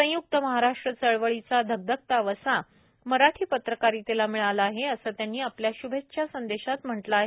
संयक्त महाराष्ट्र चळवळीचा धगधगता वसा मराठी पत्रकारितेला मिळाला आहे असे त्यांनी आपल्या शुभेच्छा संदेशात म्हटले आहे